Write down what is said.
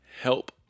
help